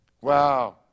Wow